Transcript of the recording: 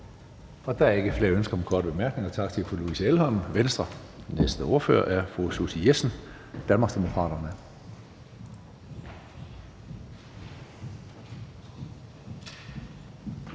Der er ikke flere ønsker om korte bemærkninger. Tak til fru Louise Elholm, Venstre. Næste ordfører er fru Susie Jessen, Danmarksdemokraterne.